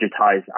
digitize